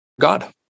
God